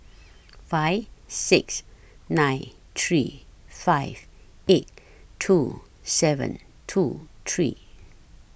five six nine three five eight two seven two three